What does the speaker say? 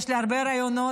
יש לי הרבה רעיונות.